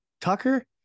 Tucker